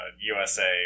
USA